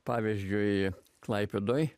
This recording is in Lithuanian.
pavyzdžiui klaipėdoj